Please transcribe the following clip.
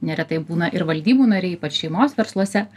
neretai būna ir valdybų nariai ypač šeimos versluose